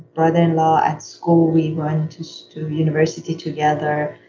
brother-in-law at school. we went to university together,